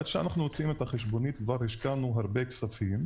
עד שאנחנו מוציאים חשבונית, כבר השקענו הרבה כסף.